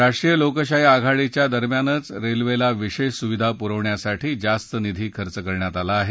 राष्ट्रीय लोकशाही आघाडीच्या दरम्यानच रेल्वेला विशेष सुविधा प्रवण्यासाठी जास्त निधी खर्च करण्यात आला आहे